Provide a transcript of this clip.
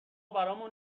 برامون